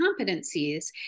competencies